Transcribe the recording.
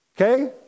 Okay